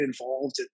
involved